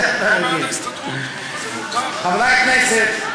חברי הכנסת,